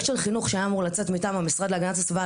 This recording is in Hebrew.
שהיה אמור לצאת מטעם המשרד להגנת הסביבה,